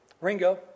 Ringo